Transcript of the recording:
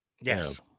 Yes